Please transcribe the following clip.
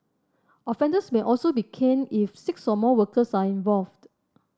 offenders may also be caned if six or more workers are involved